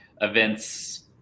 events